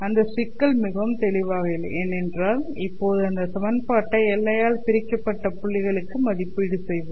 அந்த சிக்கல் மிகவும் தெளிவாக இல்லை ஏனென்றால் இப்போது இந்த சமன்பாட்டை எல்லையால் பிரிக்கப்பட்ட புள்ளிகளுக்கு மதிப்பீடு செய்வோம்